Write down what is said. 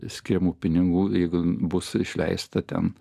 skiriamų pinigų jeigu bus išleista ten